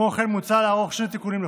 כמו כן, מוצע לערוך שני תיקונים לחוק-יסוד: